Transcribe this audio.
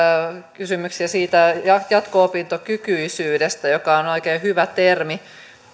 kysymyksiä siitä jatko opintokykyisyydestä joka on on oikein hyvä termi